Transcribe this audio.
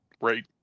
Right